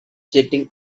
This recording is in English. jetting